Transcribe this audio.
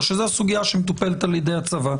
או שזו סוגייה שמטופלת על ידי הצבא?